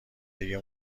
دیگه